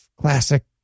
Classic